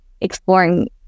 exploring